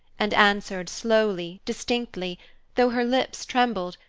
and answered, slowly, distinctly, though her lips trembled,